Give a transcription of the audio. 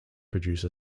produce